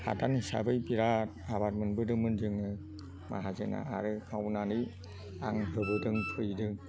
हादान हिसाबै बिराथ आबाद मोनबोदोंमोन जोङो माहाजोनआ आरो खावनानै आं होबोदों फैदों